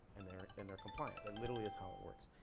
and they're and they're compliant. that literally is how it works.